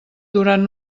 durant